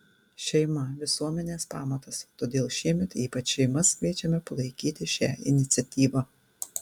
šeima visuomenės pamatas todėl šiemet ypač šeimas kviečiame palaikyti šią iniciatyvą